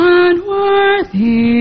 unworthy